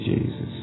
Jesus